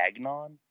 Agnon